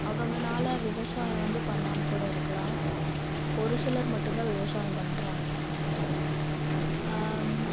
அவங்கனால விவசாயம் வந்து பண்ணாம கூட இருக்கலாம் ஒரு சிலர் மட்டும்தான் விவசாயம் பண்ணுறாங்க